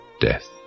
death